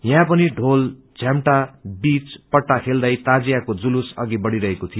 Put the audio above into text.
यहाँ पनि ढोल झ्याम्टा बीच पट्टा खेल्दै ताजियाको जुलुस अघि बढ़ीरहेको थियो